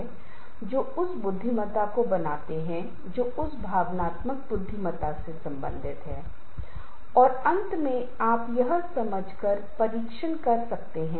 इसलिए अंत में मैं यह निष्कर्ष निकालना चाहूंगा कि संचार कौशल दृष्टिकोण लोगों को संघर्ष से भागने के बजाय सामना करने के लिए प्रोत्साहित करता है